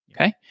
Okay